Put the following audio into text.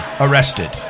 arrested